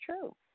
true